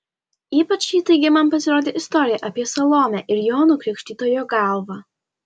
ypač įtaigi man pasirodė istorija apie salomę ir jono krikštytojo galvą